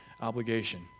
obligation